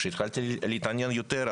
כשהתחלתי להתעניין יותר,